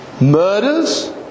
murders